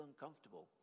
uncomfortable